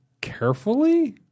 carefully